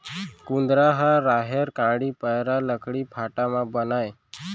कुंदरा ह राहेर कांड़ी, पैरा, लकड़ी फाटा म बनय